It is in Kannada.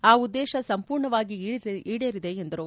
ಆ ಉದ್ದೇಶ ಸಂಪೂರ್ಣವಾಗಿ ಈಡೇರಿದೆ ಎಂದರು